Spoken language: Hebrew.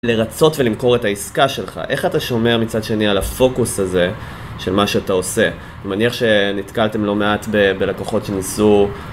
לרצות ולמכור את העסקה שלך, איך אתה שומר מצד שני על הפוקוס הזה של מה שאתה עושה? אני מניח שנתקלתם לא מעט בלקוחות שניסו...